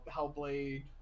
Hellblade